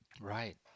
Right